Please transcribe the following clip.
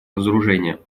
разоружения